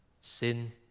sin